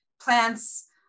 plants